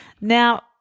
Now